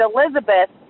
Elizabeth